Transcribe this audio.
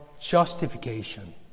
justification